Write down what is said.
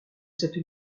cette